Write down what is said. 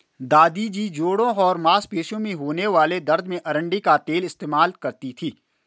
दादी जी जोड़ों और मांसपेशियों में होने वाले दर्द में अरंडी का तेल इस्तेमाल करती थीं